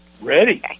Ready